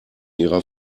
ihrer